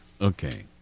Okay